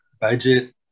budget